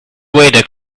vader